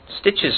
stitches